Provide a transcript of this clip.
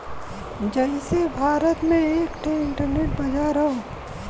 जइसे भारत में एक ठे इन्टरनेट बाजार हौ